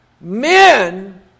Men